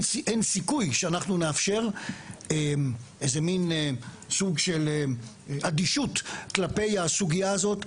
סיכוי שאנחנו נאפשר סוג של אדישות כלפי הסוגיה הזאת.